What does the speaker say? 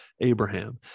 Abraham